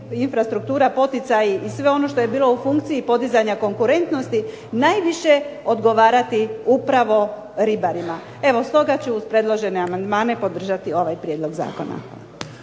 infrastruktura, poticaji i sve ono što je bilo u funkciji podizanja konkurentnosti najviše odgovarati upravo ribarima. Evo stoga ću uz predložene amandmane podržati ovaj prijedlog zakona.